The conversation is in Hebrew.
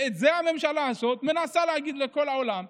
את זה הממשלה הזאת מנסה להגיד לכל העולם: